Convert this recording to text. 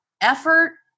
effort